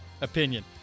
opinion